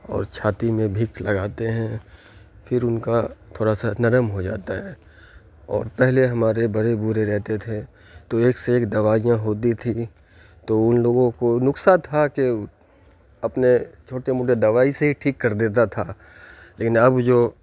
اور چھاتی میں وکس لگاتے ہیں پھر ان کا تھوڑا سا نرم ہو جاتا ہے اور پہلے ہمارے بڑے بوڑھے رہتے تھے تو ایک سے ایک دوائیاں ہوتی تھیں تو ان لوگوں کو نسخہ تھا کہ اپنے چھوٹے موٹے دوائی سے ہی ٹھیک کر دیتا تھا لیکن اب جو